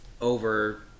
over